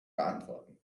beantworten